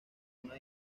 una